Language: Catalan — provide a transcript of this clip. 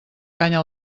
canya